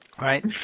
Right